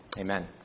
Amen